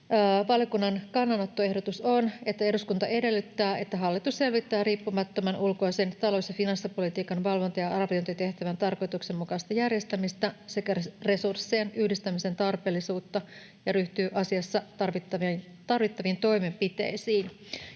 Valiokunnan kannanottoehdotus on: ”Eduskunta edellyttää, että hallitus selvittää riippumattoman ulkoisen talous- ja finanssipolitiikan valvonta- ja arviointitehtävän tarkoituksenmukaista järjestämistä sekä resurssien yhdistämisen tarpeellisuutta ja ryhtyy asiassa tarvittaviin toimenpiteisiin.”